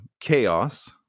chaos